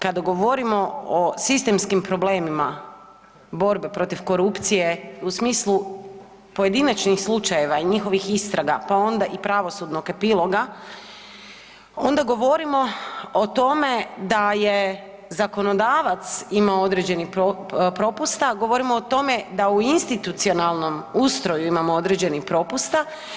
Kada govorimo o sistemskim problemima borbe protiv korupcije u smislu pojedinačnih slučajeva i njihovih istraga, pa onda i pravosudnog epiloga onda govorimo o tome da je zakonodavac imao određenih propusta, a govorimo o tome da u institucionalnom ustroju imamo određenih propusta.